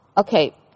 Okay